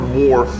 more